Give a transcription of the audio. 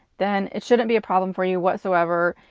then it shouldn't be a problem for you whatsoever,